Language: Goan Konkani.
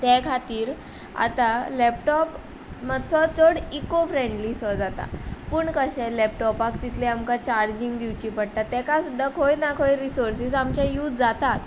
ते खातीर आतां लॅपटोप मातसो चड इको फ्रेंण्ली सो जाता पूण कशें लॅपटोपाक तितले आमकां चार्जींग दिवची पडटा तेका सुद्दां खंय ना खंय रिसोर्सीस आमचे यूज जाताच